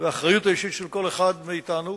ועל האחריות האישית של כל אחד מאתנו.